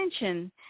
attention